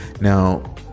Now